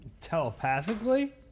Telepathically